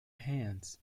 hands